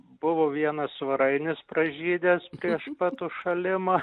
buvo vienas svarainis pražydęs prieš pat užšalimą